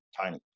tiny